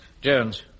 Jones